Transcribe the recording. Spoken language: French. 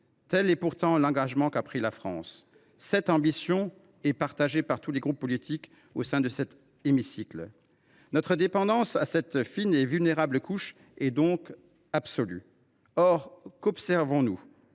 Tel est pourtant l’engagement qu’a pris la France en la matière, et cette ambition est partagée par tous les groupes politiques au sein de cet hémicycle. Notre dépendance à cette fine et vulnérable couche est donc absolue. Or qu’observons nous ?